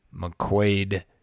McQuaid